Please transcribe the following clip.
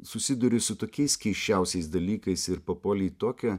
susiduri su tokiais keisčiausiais dalykais ir papuoli į tokią